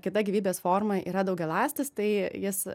kita gyvybės forma yra daugialąstis tai jis